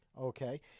Okay